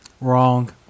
Wrong